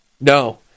No